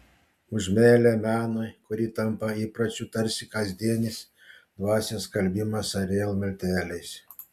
už meilę menui kuri tampa įpročiu tarsi kasdienis dvasios skalbimas ariel milteliais